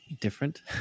different